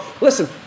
Listen